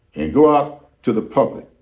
and go out to the public